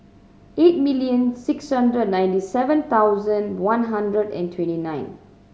eight million six hundred ninety seven thousand one hundred and twenty nine